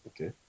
Okay